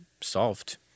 solved